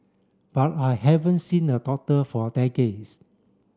but I haven't seen a doctor for decades